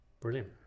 Brilliant